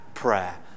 prayer